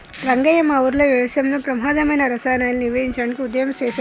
రంగయ్య మా ఊరిలో వ్యవసాయంలో ప్రమాధమైన రసాయనాలను నివేదించడానికి ఉద్యమం సేసారు